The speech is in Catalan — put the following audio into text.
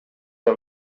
del